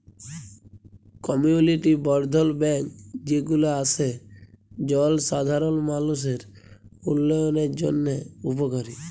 community বর্ধল bank যে গুলা আসে জলসাধারল মালুষের উল্যয়নের জন্হে উপকারী